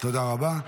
תודה רבה.